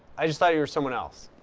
i just thought you were someone else.